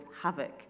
havoc